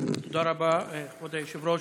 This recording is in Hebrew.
תודה רבה, כבוד היושב-ראש.